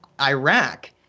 Iraq